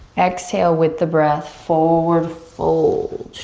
exhale with the breath forward fold.